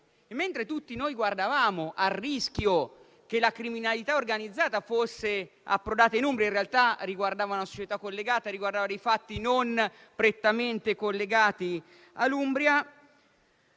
Mentre tutti noi guardavamo al rischio che la criminalità organizzata fosse approdata in Umbria - in realtà riguardava una società collegata e dei fatti non prettamente collegati all'Umbria